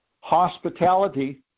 Hospitality